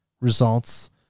results